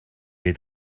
est